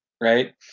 right